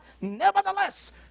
nevertheless